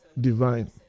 divine